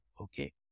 Okay